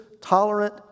tolerant